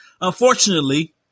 Unfortunately